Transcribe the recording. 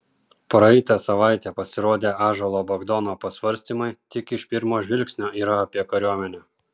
praeitą savaitę pasirodę ąžuolo bagdono pasvarstymai tik iš pirmo žvilgsnio yra apie kariuomenę